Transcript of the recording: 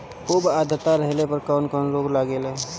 खुब आद्रता रहले पर कौन कौन रोग लागेला?